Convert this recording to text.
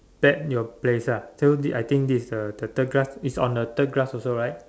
bet your place ah so this I think this is a the third glass is on the third glass also right